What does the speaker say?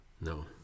No